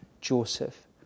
Joseph